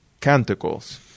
canticles